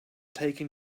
taking